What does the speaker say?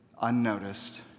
unnoticed